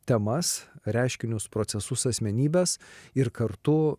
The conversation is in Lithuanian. temas reiškinius procesus asmenybes ir kartu